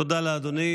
תודה לאדוני.